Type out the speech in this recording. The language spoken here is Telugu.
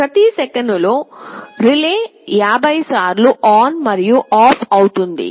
ప్రతి సెకనులో రిలే 50 సార్లు ఆన్ మరియు ఆఫ్ అవుతుంది